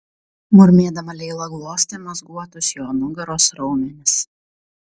murmėdama leila glostė mazguotus jo nugaros raumenis